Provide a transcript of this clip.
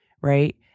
right